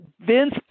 Vince